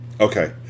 Okay